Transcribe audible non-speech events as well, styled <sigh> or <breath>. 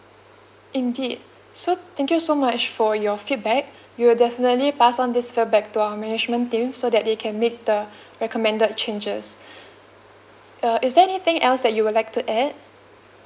indeed so thank you so much for your feedback we will definitely pass on this feedback to our management team so that they can make the recommended changes <breath> uh is there anything else that you would like to add